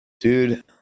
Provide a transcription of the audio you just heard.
dude